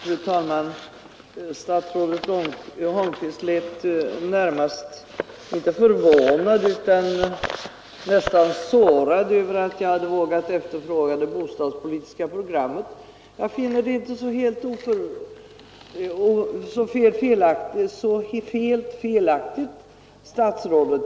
Fru talman! Statsrådet Holmqvist lät närmast inte förvånad utan sårad över att jag hade vågat efterfråga det bostadspolitiska programmet. Jag finner inte det så helt felaktigt, herr statsråd!